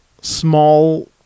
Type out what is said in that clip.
small